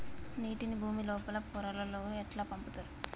నీటిని భుమి లోపలి పొరలలోకి ఎట్లా పంపుతరు?